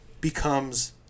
becomes